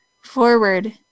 forward